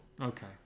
Okay